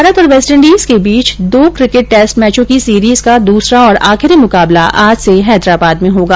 भारत और वेस्टइंडीज के बीच दो किकेट टेस्ट मैचों की सीरिज का दूसरा और आखिरी मुकाबला आज से हैदराबाद में होगा